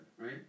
right